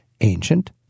Ancient